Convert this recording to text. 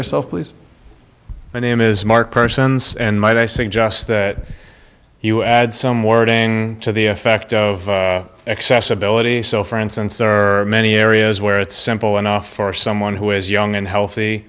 yourself please my name is marc persons and might i suggest that you add some wording to the effect of accessibility so for instance there are many areas where it's simple enough for someone who is young and healthy